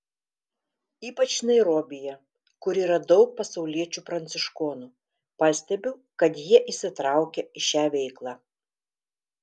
ypač nairobyje kur yra daug pasauliečių pranciškonų pastebiu kad jie įsitraukę į šią veiklą